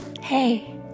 Hey